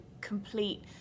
complete